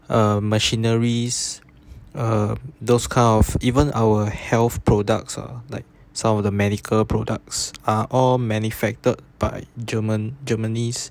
uh machineries uh those kind of even our health products ah like some of the medical products are all manufactured by german germany's